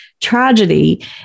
tragedy